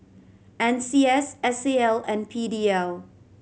N C S S A L and P D L